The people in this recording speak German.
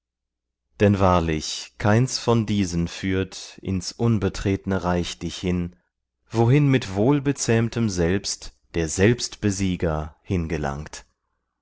denn wahrlich keins von diesen führt ins unbetretne reich dich hin wohin mit wohlbezähmtem selbst der selbstbesieger hingelangt